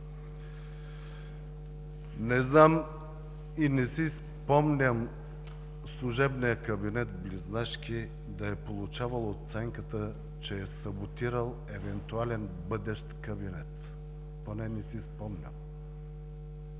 Не знам и не си спомням служебният кабинет Близнашки да е получавал оценката, че е саботирал евентуален бъдещ кабинет. Поне не си спомням.